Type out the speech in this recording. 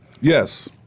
Yes